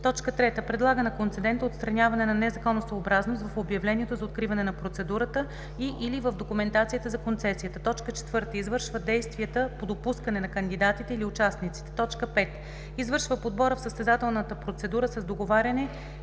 3. предлага на концедента отстраняване на незаконосъобразност в обявлението за откриване на процедурата и/или в документацията за концесията; 4. извършва действията по допускане на кандидатите или участниците; 5. извършва подбора в състезателната процедура с договаряне